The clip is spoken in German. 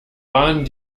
waren